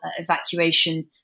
evacuation